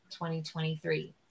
2023